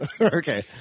Okay